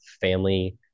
family